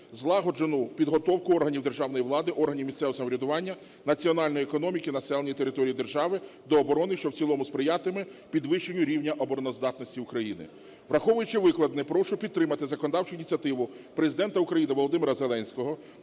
злагоджену підготовку органів державної влади, органів місцевого самоврядування, національної економіки, населення території держави до оборони, що в цілому сприятиме підвищенню рівня обороноздатності України. Враховуючи викладене прошу підтримати законодавчу ініціативу Президента України Володимира Зеленського